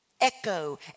Echo